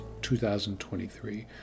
2023